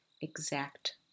exact